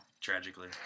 tragically